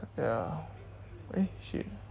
ya eh shit